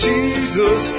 Jesus